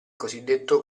cosiddetto